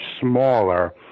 smaller